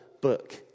book